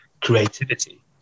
creativity